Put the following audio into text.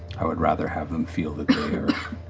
i would rather have them feel that they are